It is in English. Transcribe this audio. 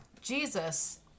Jesus